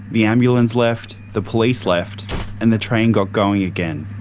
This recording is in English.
the ambulance left, the police left and the train got going again.